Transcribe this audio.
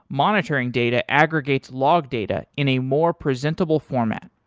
monitoring data aggregates log data in a more presentable format.